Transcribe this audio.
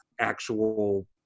actual